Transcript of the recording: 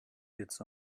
its